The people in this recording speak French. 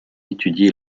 étudier